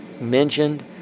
mentioned